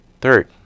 Third